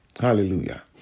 Hallelujah